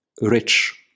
rich